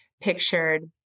pictured